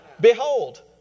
Behold